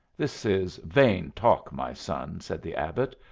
this is vain talk, my son, said the abbot.